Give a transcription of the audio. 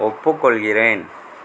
ஒப்புக்கொள்கிறேன்